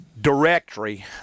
directory